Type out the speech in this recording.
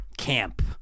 Camp